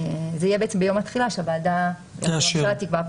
זה יהיה בעצם ביום התחילה שהוועדה, הממשלה תקבע.